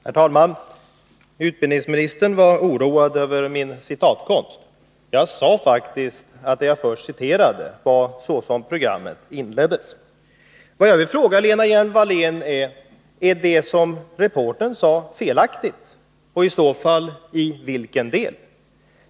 Herr talman! Utbildningsministern var oroad över min citatkonst. Jag sade faktiskt att det jag först citerade var programinledningen. Jag vill fråga Lena Hjelm-Wallén: Är det som reportern sade felaktigt, och i så fall i vilken del?